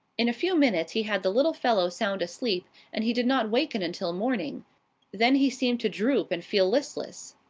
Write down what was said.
in a few minutes he had the little fellow sound asleep and he did not waken until morning then he seemed to droop and feel listless.